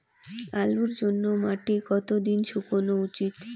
আলুর জন্যে মাটি কতো দিন শুকনো উচিৎ?